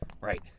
Right